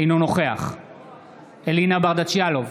אינו נוכח אלינה ברדץ' יאלוב,